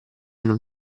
non